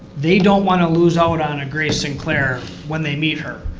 they don't want to lose out on a grace sinclair when they meet her.